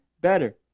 better